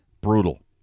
Brutal